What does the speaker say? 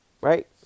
Right